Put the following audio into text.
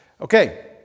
okay